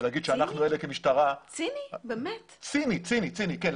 ולהגיד שאנחנו אלה שמעוררים את הפוסט טראומה.